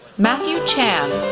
matthew chan,